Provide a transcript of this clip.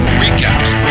recaps